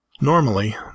Normally